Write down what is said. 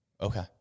Okay